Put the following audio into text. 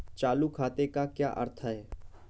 चालू खाते का क्या अर्थ है?